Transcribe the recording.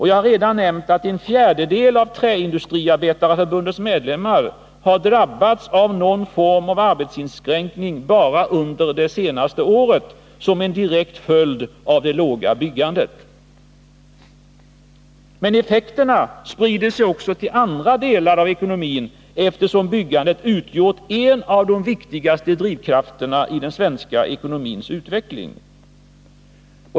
Jag har redan nämnt att en fjärdedel av Träindustriarbetareförbundets medlemmar har drabbats av någon form av arbetsinskränkning bara under det senaste året som en direkt följd av det låga byggandet. Men effekterna sprider sig också till andra delar av ekonomin, eftersom byggandet utgjort en av de viktigaste drivkrafterna i den svenska ekonomins utveckling.